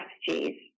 strategies